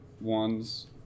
ones